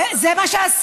ואל, זה מה שעשית.